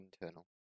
internal